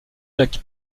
lac